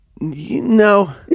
No